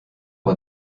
war